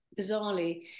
bizarrely